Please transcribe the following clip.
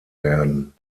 werden